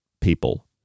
people